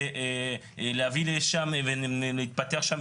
ולהתפתח שם,